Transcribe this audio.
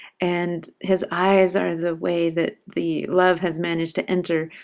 and his eyes are the way that the love has managed to enter,